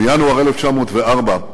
בינואר 1904,